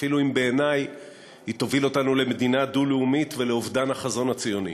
אפילו אם בעיני היא תוביל אותנו למדינה דו-לאומית ולאובדן החזון הציוני.